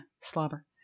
slobber